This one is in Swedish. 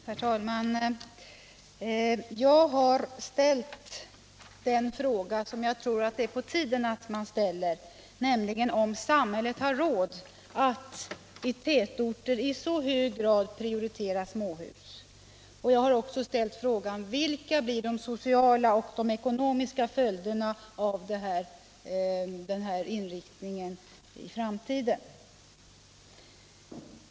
Herr talman! Jag har ställt den fråga som jag tror att det är på tiden att man ställer, nämligen om samhället har råd att i tätorter i så hög grad prioritera småhus. Jag har också ställt frågan: Vilka blir de sociala och ekonomiska följderna av denna inriktning i framtiden?